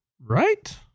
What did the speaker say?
right